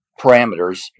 parameters